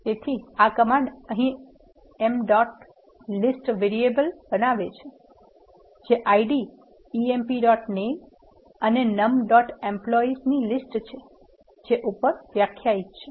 તેથી આ કમાન્ડ અહીં એમ ડોટ લિસ્ટ વેરીએબલ બનાવે છે જે ID emp dot name અને num dot employees ની લીસ્ટ છે જે ઉપર વ્યાખ્યાયિત છે